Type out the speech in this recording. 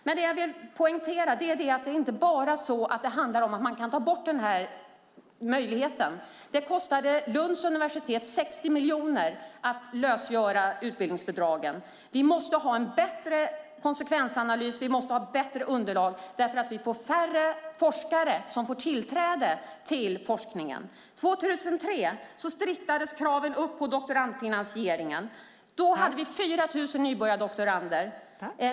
Men jag vill poängtera att det inte bara handlar om att man kan ta bort den här möjligheten. Det kostade Lunds universitet 60 miljoner att lösgöra utbildningsbidragen. Vi måste ha en bättre konsekvensanalys. Vi måste ha bättre underlag. Det är nämligen färre forskare som får tillträde till forskningen. År 2003 blev det striktare krav på doktorandfinansieringen. Då hade vi 4 000 nybörjardoktorander.